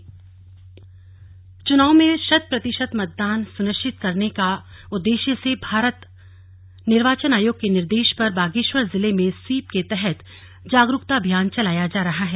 slug जागरूकता अभियान चुनावों में शत प्रतिशत मतदान सुनिश्चित कराने के उद्देश्य से भारत निर्वाचन आयोग के निर्देश पर बागेश्वर जिले में स्वीप के तहत जागरुकता अभियान चलाया जा रहा है